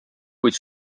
kuid